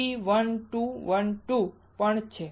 AZ 31212 પણ છે